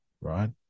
right